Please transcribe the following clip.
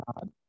God